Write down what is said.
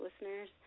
listeners